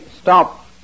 stop